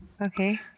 Okay